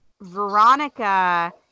Veronica